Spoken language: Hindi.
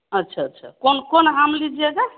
अच्छा अच्छा कौन कौन आम लिजिएगा